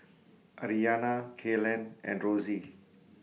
Aryanna Kaylen and Rosey